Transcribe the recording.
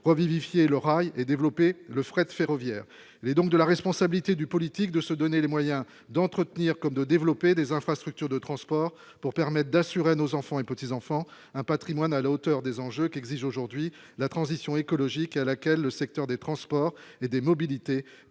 revivifier le rail et développer le fret ferroviaire, les donc de la responsabilité du politique de se donner les moyens d'entretenir comme de développer des infrastructures de transport pour permettent d'assurer à nos enfants et petits-enfants un Patrimoine à la hauteur des enjeux qui exige aujourd'hui la transition écologique à laquelle le secteur des transports et des mobilités